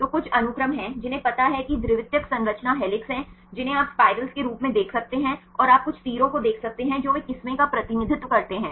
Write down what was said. तो कुछ अनुक्रम हैं जिन्हें पता है कि द्वितीयक संरचना हेलिक्स हैं जिन्हें आप सर्पिल के रूप में देख सकते हैं और आप कुछ तीरों को देख सकते हैं जो वे किस्में का प्रतिनिधित्व करते हैं